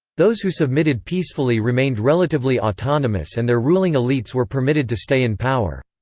those who submitted peacefully remained relatively autonomous and their ruling elites were permitted to stay in power.